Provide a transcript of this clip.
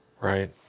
Right